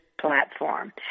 Platform